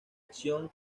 acción